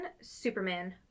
Superman